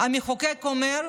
המחוקק אומר: